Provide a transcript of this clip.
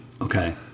Okay